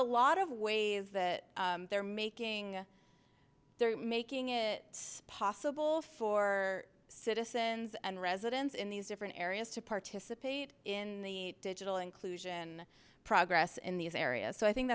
a lot of ways that they're making they're making it possible for citizens and residents in these different areas to participate in the digital inclusion progress in these areas so i think